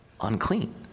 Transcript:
unclean